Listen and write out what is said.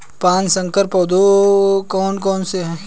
पाँच संकर पौधे कौन से हैं?